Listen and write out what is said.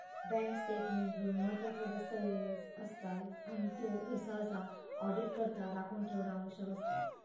bank statement ह्यो महत्त्वाचो दस्तऐवज असता आणि त्यो सहसा ऑडिटकरता राखून ठेवणा आवश्यक असता